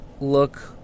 look